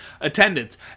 attendance